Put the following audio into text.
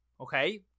okay